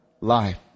life